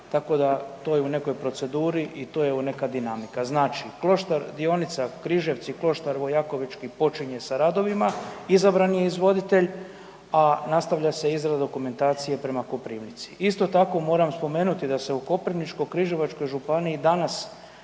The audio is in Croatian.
tako da, to je u nekoj proceduri i to je, evo, neka dinamika. Znači kloštar, dionica Križevci-Kloštar Vojakovečki počinje sa radovima, izabran je izvoditelj, a nastavlja se izrada dokumentacije prema Koprivnici. Isto tako, moram spomenuti da se u Koprivničko-križevačkoj županiji danas